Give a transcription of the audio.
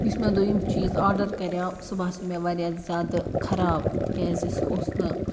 یُس مےٚ دۄیِم چیٖز آرڈَر کَراو سُہ باسیو مےٚ واریاہ زیادٕ خراب تِکیٛازِ سُہ اوس نہٕ